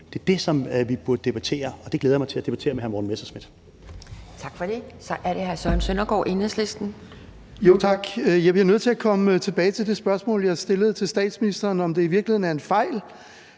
Det er det, som vi burde debattere, og det glæder jeg mig til at debattere med hr. Morten Messerschmidt.